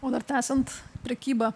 o dar tęsiant prekybą